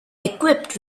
equipped